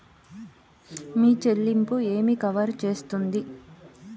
మీ చెల్లింపు ఏమి కవర్ చేస్తుంది?